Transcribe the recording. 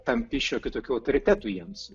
tampi šiokiu tokiu autoritetu jiems